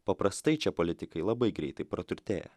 paprastai čia politikai labai greitai praturtėja